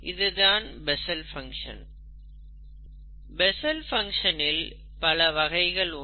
இதுதான் Bessel function Bessel's function Bessel ஃபங்ஷனில் Bessel's function பல வகைகள் உண்டு